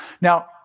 Now